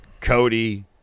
Cody